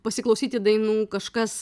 pasiklausyti dainų kažkas